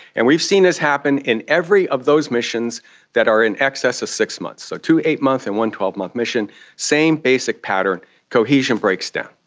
and we've seen this happen in every of those missions that are in excess of six months. so two eight month and one twelve month mission, the same basic pattern cohesion breaks down.